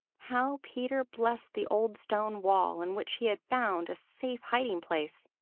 how peter blessed the old stone wall in which he had found a safe hiding-place!